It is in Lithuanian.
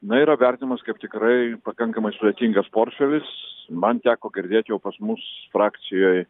na yra vertinamas kaip tikrai pakankamai sudėtingas portfelis man teko girdėt jau pas mus frakcijoj